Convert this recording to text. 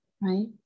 right